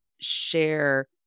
share